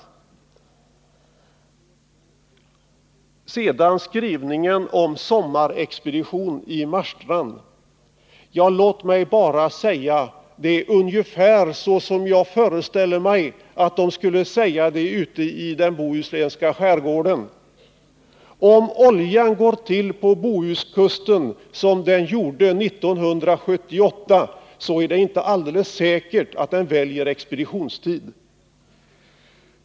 Låt mig om skrivningen beträffande en sommarexpedition i Marstrand bara säga att det är ungefär så som jag föreställer mig att man skulle säga i den bohuslänska skärgården: Om oljan ”går till” på Bohuskusten som den gjorde 1978, är det inte alldeles säkert att den väljer expeditionstid.